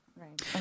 right